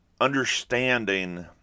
understanding